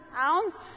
pounds